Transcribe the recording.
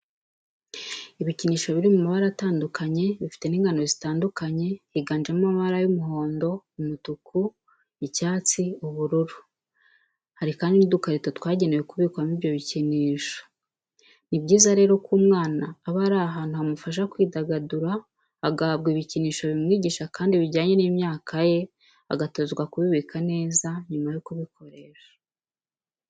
Ibikinisho biri mu mabara atandukanye bifite n'ingano zitandukanye, higanjemo amabara y'umuhondo, umutuku, icyatsi, ubururu, hari kandi n'udukarito twagenewe kubikwamo ibyo bikinisho. Ni byiza rero ko umwana aba ari ahantu hamufasha kwidagadura, agahabwa ibikinisho bimwigisha kandi bijyanye n'imyaka ye, agatozwa kubibika neza nyuma yo kubikoresha.